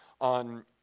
on